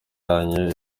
yanyu